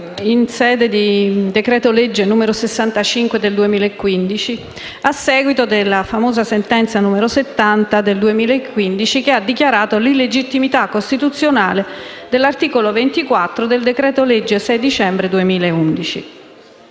di esame del decreto-legge n. 65 del 2015, a seguito della famosa sentenza n. 70 del 2015, che ha dichiarato l'illegittimità costituzionale dell'articolo 24 del decreto legge n. 201 del 6 dicembre 2011.